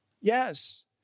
yes